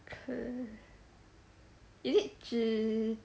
is it zhi